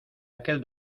aquel